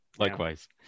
Likewise